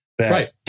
Right